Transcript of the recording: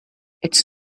it’s